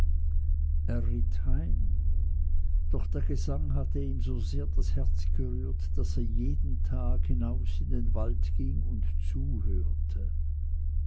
heim doch der gesang hatte ihm so sehr das herz gerührt daß er jeden tag hinaus in den wald ging und zuhörte